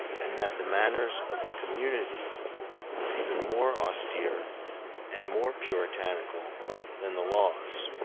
and that the manners of the community were even more austere and more puritanical than the laws.